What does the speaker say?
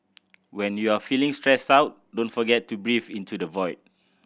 when you are feeling stressed out don't forget to breathe into the void